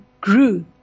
grew